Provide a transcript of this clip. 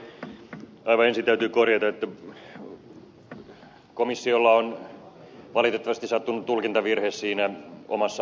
aivan ensin täytyy korjata että komissiolla on valitettavasti sattunut tulkintavirhe siinä omassa arviossaan